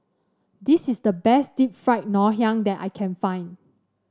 this is the best Deep Fried Ngoh Hiang that I can find